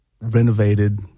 renovated